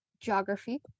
geography